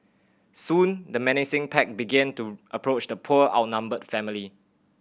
soon the menacing pack began to approach the poor outnumbered family